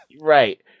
Right